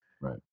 Right